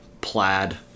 plaid